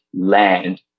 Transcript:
land